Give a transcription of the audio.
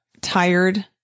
tired